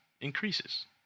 increases